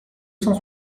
cent